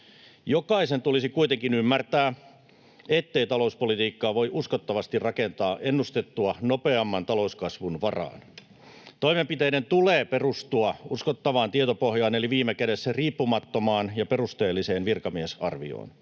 Jokaisen tulisi kuitenkin ymmärtää, ettei talouspolitiikkaa voi uskottavasti rakentaa ennustettua nopeamman talouskasvun varaan. Toimenpiteiden tulee perustua uskottavaan tietopohjaan eli viime kädessä riippumattomaan ja perusteelliseen virkamiesarvioon.